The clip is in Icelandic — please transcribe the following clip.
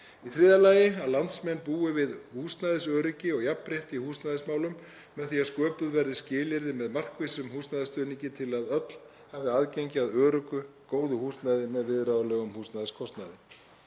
umhverfið. 3. Landsmenn búi við húsnæðisöryggi og jafnrétti í húsnæðismálum með því að sköpuð verði skilyrði með markvissum húsnæðisstuðningi til að öll hafi aðgengi að öruggu og góðu húsnæði með viðráðanlegum húsnæðiskostnaði.